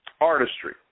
Artistry